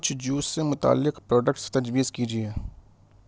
کچھ جوس سے متعلق پروڈکٹس تجویز کیجیے